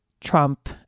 Trump